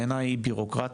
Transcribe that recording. בעיניי היא בירוקרטית,